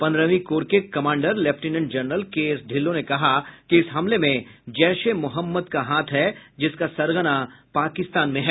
पन्द्रहवीं कोर के commander lieutenant general K S Dhillon ने कहा कि इस हमले में जैश ए मोहम्मद का हाथ है जिसका सरगना पाकिस्तान में है